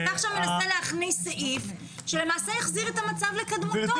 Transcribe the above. אתה עכשיו מנסה להכניס סעיף שלמעשה יחזיר את המצב לקדמותו,